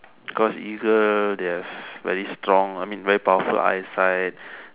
got eagle they're very strong I mean very powerful eyesight